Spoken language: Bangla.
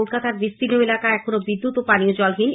কলকাতার বিস্তীর্ণ এলাকা এখনও বিদ্যুৎ ও পানীয় জলহীন